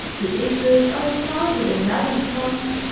the english are exalted and melancholy,